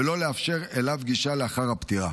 ולא לאפשר אליו גישה לאחר הפטירה.